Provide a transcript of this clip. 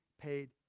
paid